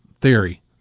theory